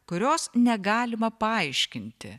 kurios negalima paaiškinti